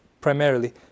primarily